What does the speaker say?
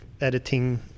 editing